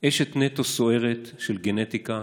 / אשת נטו סוערת של גנטיקה